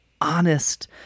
honest